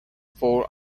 fore